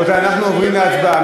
רבותי, אנחנו עוברים להצבעה.